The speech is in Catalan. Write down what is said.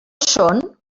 són